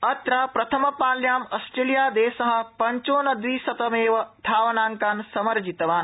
यत्र प्रथमपाल्याम् आष्ट्रेलियादेश पञ्चोनद्विशतमेव धावनांकान् समर्जितवान्